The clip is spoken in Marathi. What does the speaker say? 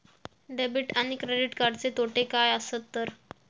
डेबिट आणि क्रेडिट कार्डचे तोटे काय आसत तर?